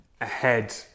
ahead